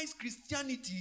Christianity